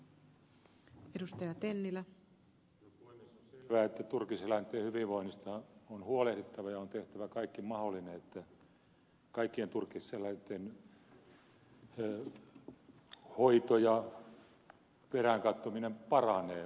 se on hyvä että turkiseläinten hyvinvoinnista on huolehdittava ja on tehtävä kaikki mahdollinen että kaikkien turkiseläinten hoito ja peräänkatsominen paranee